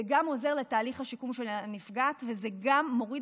זה גם עוזר לתהליך השיקום של הנפגעת וזה גם מוריד